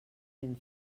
ben